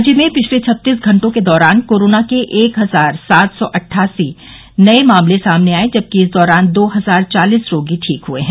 राज्य में पिछले छत्तीस घंटों के दौरान कोरोना के एक हजार सात सौ अट्ठासी नये मामले सामने आये जबकि इस दौरान दो हजार चालिस रोगी ठीक हुए हैं